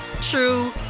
true